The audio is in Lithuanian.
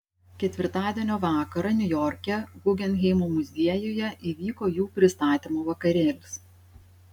ketvirtadienio vakarą niujorke guggenheimo muziejuje įvyko jų pristatymo vakarėlis